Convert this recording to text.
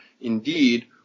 indeed